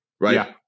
right